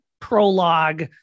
prologue